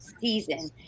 season